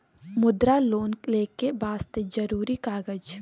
मुद्रा लोन लेके वास्ते जरुरी कागज?